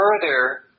further